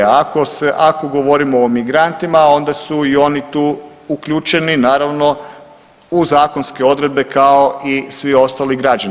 Ako govorimo o migrantima, onda su i oni tu uključeni, naravno u zakonske odredbe kao i svi ostali građani.